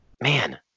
Man